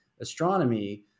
astronomy